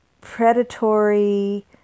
predatory